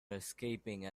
escaping